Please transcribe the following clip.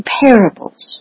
parables